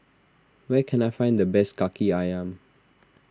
where can I find the best Kaki Ayam